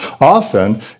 often